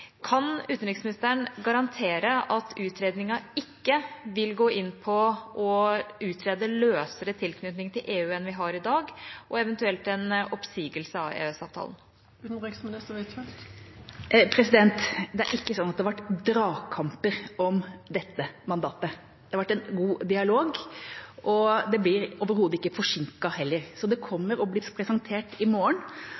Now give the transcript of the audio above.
Kan utenriksministeren garantere at utredningen ikke vil gå inn på å utrede løsere tilknytning til EU enn vi har i dag, og eventuelt en oppsigelse av EØS-avtalen? Det er ikke slik at det har vært dragkamper om dette mandatet. Det har vært en god dialog, og det blir overhodet ikke forsinket heller. Så det